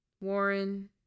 Warren